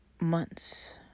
months